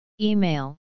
Email